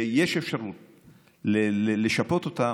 לשפות אותם,